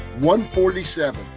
147